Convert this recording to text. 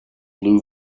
blue